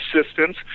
assistance